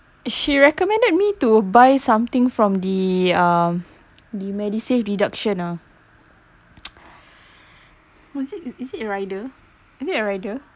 she recommended me to buy something from the um the MediSave deduction ah was it is it rider is it a rider